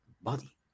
body